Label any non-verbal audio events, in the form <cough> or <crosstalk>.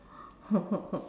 <laughs>